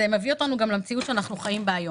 מביא אותנו גם למציאות בה אנחנו חיים היום.